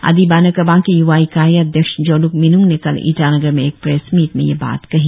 आदि बाने केबांग के युवा इकाई अध्यक्ष जोलुक मिनूंग ने कल ईटानगर में एक प्रेस मीट में यह बात कही